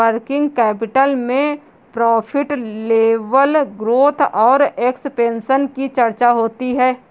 working capital में profit level growth और expansion की चर्चा होती है